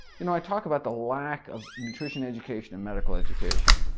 you know i talk about the lack of nutrition education in medical education